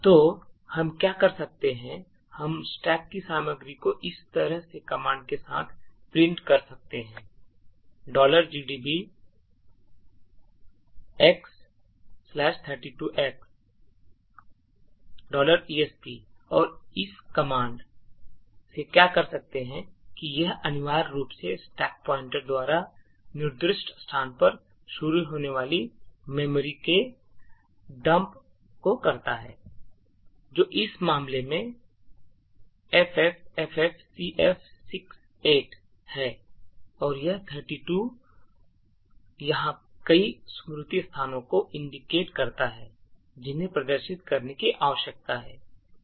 तो हम क्या कर सकते हैं हम स्टैक की सामग्री को इस तरह से कमांड के साथ प्रिंट कर सकते हैं gdb x 32x esp और यह कमांड क्या करता है कि यह अनिवार्य रूप से स्टैक पॉइंटर द्वारा निर्दिष्ट स्थान पर शुरू होने वाली मेमोरी को डंप करता है जो इस मामले में ffffcf68 है और यह 32 यहां कई स्मृति स्थानों को indicate करता है जिन्हें प्रदर्शित करने की आवश्यकता है